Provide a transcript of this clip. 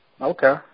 Okay